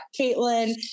Caitlin